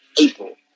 april